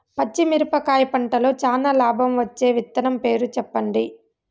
పచ్చిమిరపకాయ పంటలో చానా లాభం వచ్చే విత్తనం పేరు చెప్పండి?